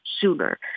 sooner